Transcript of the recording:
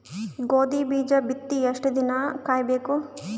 ಗೋಧಿ ಬೀಜ ಬಿತ್ತಿ ಎಷ್ಟು ದಿನ ಕಾಯಿಬೇಕು?